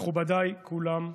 מכובדיי כולם,